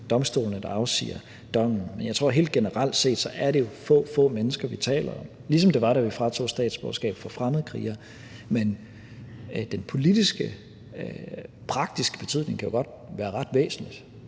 domstolene, der afsiger dommen. Jeg tror helt generelt, at det jo er meget få mennesker, vi taler om, ligesom det var, da vi tog statsborgerskab fra fremmedkrigere, men den politiske og praktiske betydning kan godt være ret væsentlig.